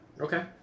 okay